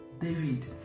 David